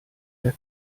der